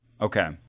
Okay